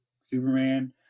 Superman